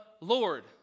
Lord